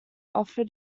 offered